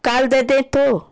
कल दे दें तो